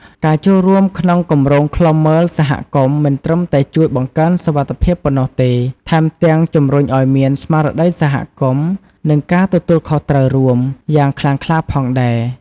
ការចូលរួមក្នុងគម្រោងឃ្លាំមើលសហគមន៍មិនត្រឹមតែជួយបង្កើនសុវត្ថិភាពប៉ុណ្ណោះទេ ថែមទាំងជំរុញឲ្យមាន ស្មារតីសហគមន៍ និងការទទួលខុសត្រូវរួម យ៉ាងខ្លាំងក្លាផងដែរ។